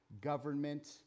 government